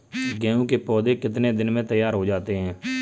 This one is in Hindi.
गेहूँ के पौधे कितने दिन में तैयार हो जाते हैं?